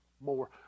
more